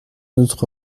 autre